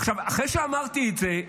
עכשיו, אחרי שאמרתי את זה,